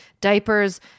diapers